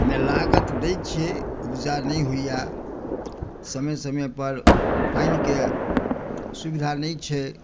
ओहिमे लागत दै छियै उपजा नहि होइया समय समय पर पानिके सुविधा नहि छै